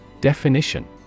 Definition